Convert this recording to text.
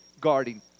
guarding